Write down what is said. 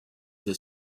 the